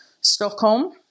Stockholm